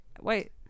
Wait